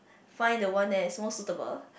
find the one that is most suitable